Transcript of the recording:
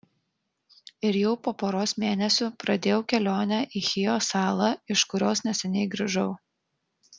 ir jau po poros mėnesių pradėjau kelionę į chijo salą iš kurios neseniai grįžau